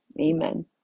amen